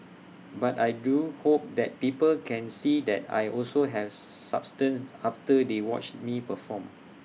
but I do hope that people can see that I also have substance after they watch me perform